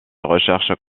recherches